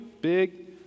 Big